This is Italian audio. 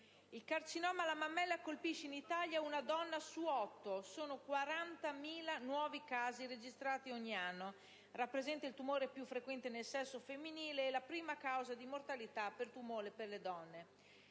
Il carcinoma alla mammella colpisce in Italia una donna su otto, con 40.000 nuovi casi registrati ogni anno; esso rappresenta il tumore più frequente nel sesso femminile e la prima causa di mortalità per tumore nelle donne.